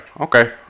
Okay